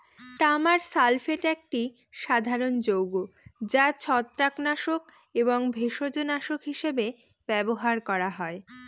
তামার সালফেট একটি সাধারণ যৌগ যা ছত্রাকনাশক এবং ভেষজনাশক হিসাবে ব্যবহার করা হয়